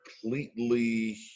completely